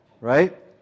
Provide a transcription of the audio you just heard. Right